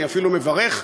אני אפילו מברך,